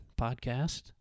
podcast